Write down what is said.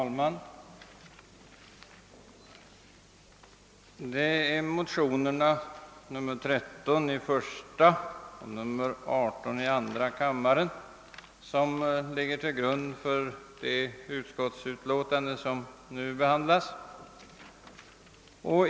Herr talman! Till grund för det utskottsutlåtande som nu behandlas ligger motionerna I:13 och II:18.